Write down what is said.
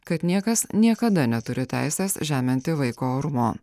kad niekas niekada neturėjo teisės žeminti vaiko orumo